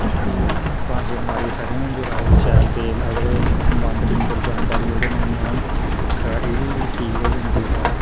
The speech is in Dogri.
पंज छे कनाली सरे'आं होंदी लाई दी शैल तेल अगर एह् बांदर छांदर जानवर जेह्ड़े नेईं औन तां एह् बी ठीक होई जंदी साढ़ै